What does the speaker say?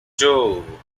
two